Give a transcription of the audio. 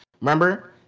Remember